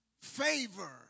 favor